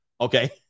Okay